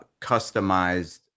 customized